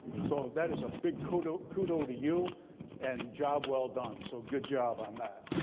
so that is a big kudo kudo to you and job well done. so good job on that.